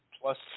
plus